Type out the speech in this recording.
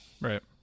right